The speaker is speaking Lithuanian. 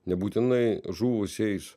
nebūtinai žuvusiais